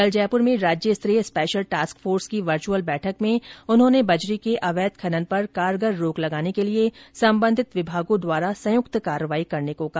कल जयपुर में राज्य स्तरीय स्पेशल टास्क फोर्स की वर्चुअल बैठक में उन्होंने बजरी के अवैध खनन पर कारगर रोक लगाने के लिए संबंधित विभागों द्वारा संयुक्त कार्यवाही करने को कहा